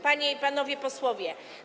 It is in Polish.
Panie i Panowie Posłowie!